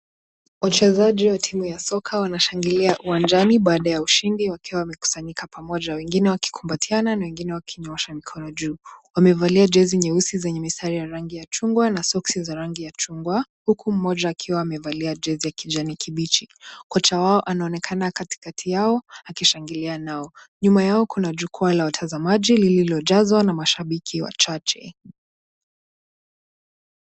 Wachezaji wa timu ya soka wanashangilia uwanjani baada ya ushindi wakiwa wamekusanyika pamoja wengine wakikumbatiana na wengine wakinyoosha mikono juu . Wamevalia jezi nyeusi zenye mistari ya rangi ya chungwa na soksi za rangi ya chungwa huku mmoja akiwa amevalia jezi ya kijani kibichi . Kocha wao anaonekana katikati yao akishangilia nao . Nyuma yao kuna jukwaa la watazamaji lililojazwa na mashabiki wachache.